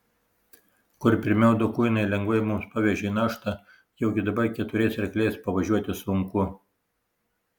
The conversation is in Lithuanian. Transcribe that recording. kur pirmiau du kuinai lengvai mums pavežė naštą jaugi dabar keturiais arkliais pavažiuoti sunku